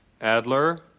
Adler